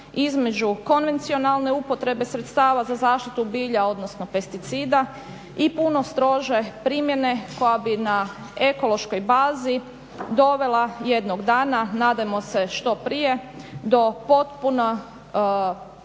između konvencionalne upotrebe sredstava za zaštitu bilja, odnosno pesticida i puno strože primjene koja bi na ekološkoj bazi dovela jednog dana, nadajmo se što prije do potpunog